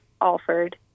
Alford